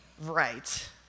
right